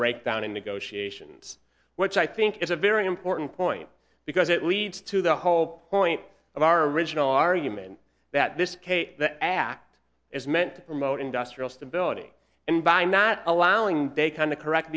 breakdown in negotiations which i think is a very important point because it leads to the whole point of our original argument that this case the act is meant to promote industrial stability and by not allowing they can to correct